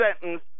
sentence